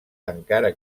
encara